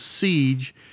siege